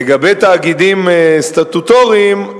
לגבי תאגידים סטטוטוריים,